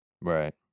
Right